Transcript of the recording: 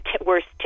worst